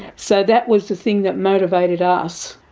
so that was the thing that motivated us.